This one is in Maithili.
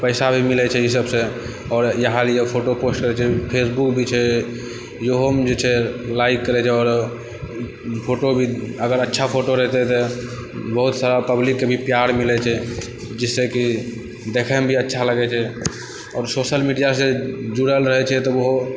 पैसा भी मिलै छै ई सबसँ आओर इएह लिए फोटो पोस्ट करै छै फेसबुक भी छै इहोमे जे छै लाइक करै छै आओर फोटो भी अगर अच्छा फोटो रहतै तऽ बहुत सारा पब्लिकके भी प्यार मिलै छै जिससे कि देखैमे भी अच्छा लगै छै आओर सोशल मीडियासँ जुड़ल रहै छै तऽ ओहो